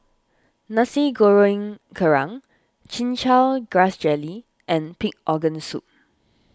Nasi Goreng Kerang Chin Chow Grass Jelly and Pig Organ Soup